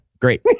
great